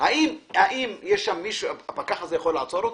האם הפקח הזה יכול לעצור אותה?